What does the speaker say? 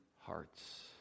hearts